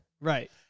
Right